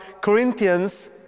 Corinthians